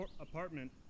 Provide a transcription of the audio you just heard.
apartment